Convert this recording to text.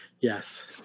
Yes